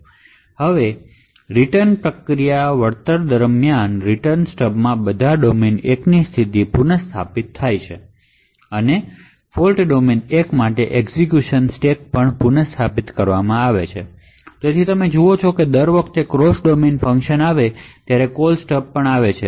હવે reverse process રીટર્નદરમિયાન થાય છે રીટર્ન સ્ટબમાં બધા ડોમેન 1 ની સ્થિતિ પુનઃ સ્થાપિત થાય છે અને ફોલ્ટ ડોમેન 1 માટે એક્ઝેક્યુશન સ્ટેક પણ પુન સ્થાપિત કરવામાં આવે છે તમે જુઓ છો કે દર વખતે ક્રોસ ડોમેન ફંક્શન આવે ત્યારે કોલ સ્ટબ આવે છે